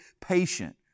patient